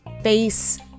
face